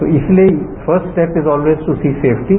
तो इसलिए first step is always to see safety